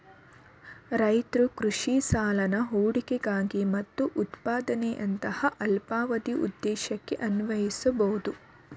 ರೈತ್ರು ಕೃಷಿ ಸಾಲನ ಹೂಡಿಕೆಗಾಗಿ ಮತ್ತು ಉತ್ಪಾದನೆಯಂತಹ ಅಲ್ಪಾವಧಿ ಉದ್ದೇಶಕ್ಕೆ ಅನ್ವಯಿಸ್ಬೋದು